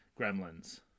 Gremlins